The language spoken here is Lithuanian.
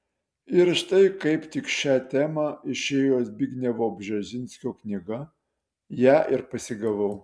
ir štai kaip tik šia tema išėjo zbignevo bžezinskio knyga ją ir pasigavau